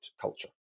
culture